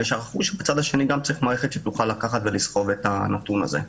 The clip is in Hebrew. ושכחו שמהצד השני צריך גם מערכת שתוכל לקחת ולסחוב את הנתון הזה.